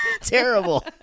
terrible